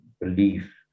belief